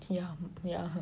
yum ya